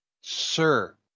Sir